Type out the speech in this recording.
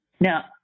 Now